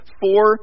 Four